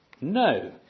No